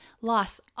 loss